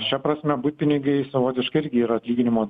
šia prasme butpinigiai savotiškai irgi yra atlyginimo